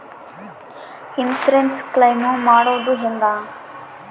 Insurance claim ಮಾಡೋದು ಹೆಂಗ?